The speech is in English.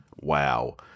Wow